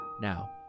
now